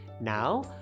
Now